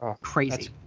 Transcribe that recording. Crazy